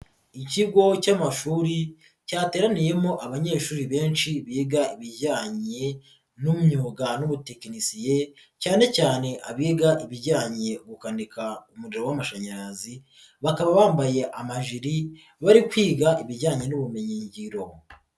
Ikigo cy'amashuri cyateraniyemo abanyeshuri benshi biga ibijyanye n'imyuga n'ubutekinisiye, cyane cyane abiga ibijyanye gukandika umuriro w'amashanyarazi, bakaba bambaye amajiri, bari kwiga ibijyanye n'ubumenyin ngiro.